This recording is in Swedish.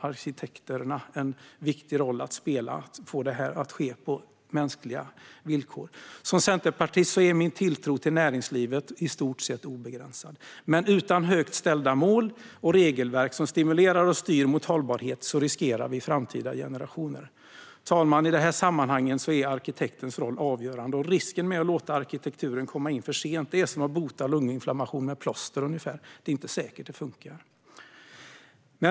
Arkitekterna har en viktig roll att spela i att få detta att ske på mänskliga villkor, herr talman. Som centerpartist är min tilltro till näringslivet i stort sett obegränsad, men utan högt ställda mål och regelverk som stimulerar och styr mot hållbarhet riskerar vi framtida generationer. I de här sammanhangen är arkitektens roll avgörande, herr talman, och risken med att låta arkitekturen komma in för sent är ungefär som att bota lunginflammation med plåster - det är inte säkert att det funkar.